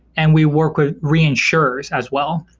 and we work with reinsurers as well.